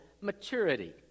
maturity